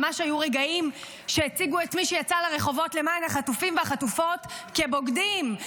ממש היו רגעים שהציגו את מי שיצא לרחובות למען חטופים והחטופות כבוגדים,